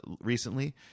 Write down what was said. recently